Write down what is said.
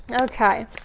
okay